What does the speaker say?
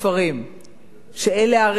שאלה הרשתות, כן?